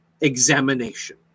examination